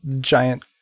giant